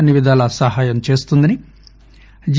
అన్ని విధాలా సహాయం చేస్తామని జి